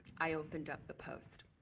i opened up the post.